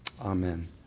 Amen